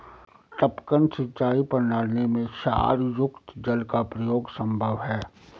टपकन सिंचाई प्रणाली में क्षारयुक्त जल का प्रयोग संभव है